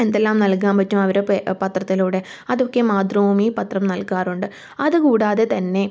എന്തെല്ലാം നൽകാൻ പറ്റും അവരുടെ പത്രത്തിലൂടെ അതൊക്കെ മാതൃഭൂമി പത്രം നൽകാറുണ്ട് അത് കൂടാതെ തന്നെ